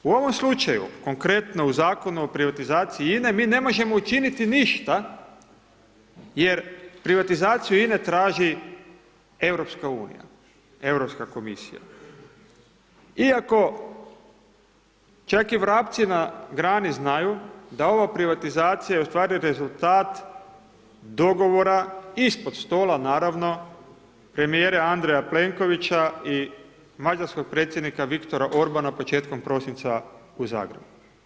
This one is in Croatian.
U ovom slučaju, konkretno u Zakonu o privatizaciji INA-e, mi ne možemo učiniti ništa jer privatizaciju INA-e traži Europska unija, Europska komisija, iako čak i vrapci na grani znaju, da ova privatizacija je u stvari rezultat dogovora ispod stola, naravno, premijera Andreja Plenkovića i mađarskog predsjednika Viktora Orbana početkom prosinca u Zagrebu.